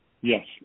Yes